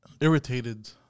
irritated